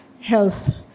health